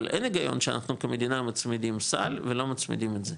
אבל אין הגיון שאנחנו כמדינה מצמידים סל ולא מצמידים את זה,